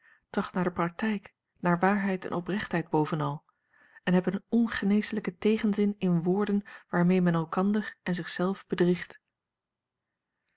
tracht naar de praktijk naar waarheid en a l g bosboom-toussaint langs een omweg oprechtheid bovenal en heb een ongeneeslijken tegenzin in woorden waarmee men elkander en zich zelf bedriegt